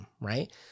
right